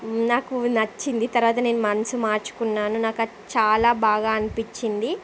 నాకు నచ్చింది తరువాత నేను మనసు మార్చుకున్నాను నాకు అది చాలా బాగా అనిపించింది